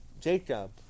Jacob